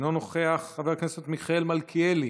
אינו נוכח, חבר הכנסת מיכאל מלכיאלי,